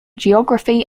geography